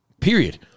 Period